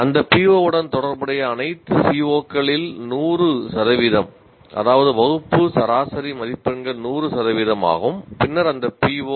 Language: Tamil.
அந்த PO உடன் தொடர்புடைய அனைத்து CO களில் 100 சதவீதம் அதாவது வகுப்பு சராசரி மதிப்பெண்கள் 100 சதவிகிதம் ஆகும் பின்னர் அந்த PO